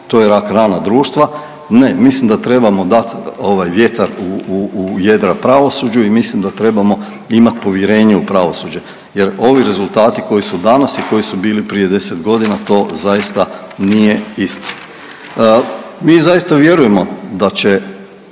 to je rak rana društva. Ne, mislim da trebamo dat ovaj vjetar u jedra pravosuđu i mislim da trebamo imat povjerenje u pravosuđe jer ovi rezultati koji su danas i koji su bili prije 10.g. to zaista nije isto. Mi zaista vjerujemo da će,